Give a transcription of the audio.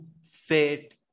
set